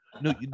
no